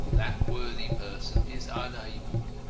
that worthy person is unable,